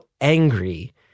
angry